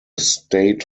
state